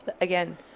again